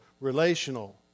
relational